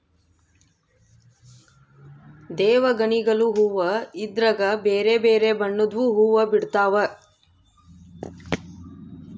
ದೇವಗಣಿಗಲು ಹೂವ್ವ ಇದ್ರಗ ಬೆರೆ ಬೆರೆ ಬಣ್ಣದ್ವು ಹುವ್ವ ಬಿಡ್ತವಾ